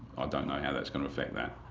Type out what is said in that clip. don't know how that's going to affect that.